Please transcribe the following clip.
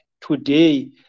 today